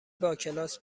باکلاس